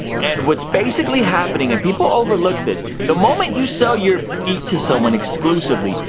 and what's basically happening, and people overlook this, the moment you sell your beat to someone exclusively,